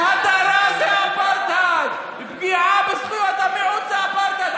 על פגיעה בזכויות האדם יש קונסנזוס,